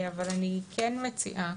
אבל אני כן מציעה